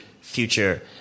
future